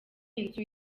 inzu